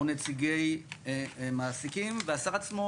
או נציגי מעסיקים והשר עצמו